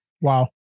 Wow